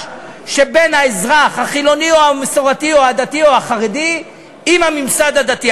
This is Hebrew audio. שבין האזרח החילוני או המסורתי או הדתי או החרדי עם הממסד הדתי.